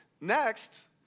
Next